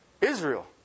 Israel